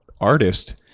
artist